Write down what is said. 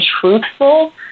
truthful